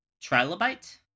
Trilobite